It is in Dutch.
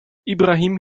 ibrahim